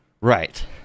Right